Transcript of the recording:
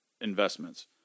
investments